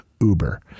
Uber